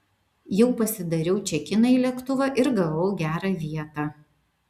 jau pasidariau čekiną į lėktuvą ir gavau gerą vietą